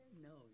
No